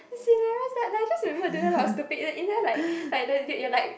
as in I realised that like I just remember doing a lot of stupid in the end like like you're like